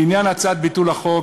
לעניין הצעת ביטול החוק,